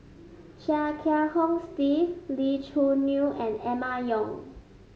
Chia Kiah Hong Steve Lee Choo Neo and Emma Yong